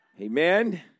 Amen